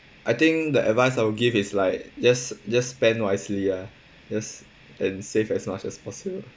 I think the advice I will give is like just just spend wisely ah just and save as much as possible